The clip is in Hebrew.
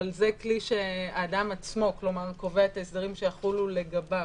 אבל זה כלי שהאדם עצמו קובע את ההסדרים שיחולו לגביו,